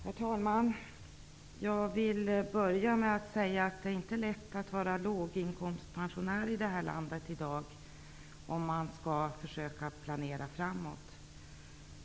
Herr talman! Jag vill börja med att säga att det inte är lätt att vara låginkomstpensionär i detta land i dag om man skall försöka planera framåt.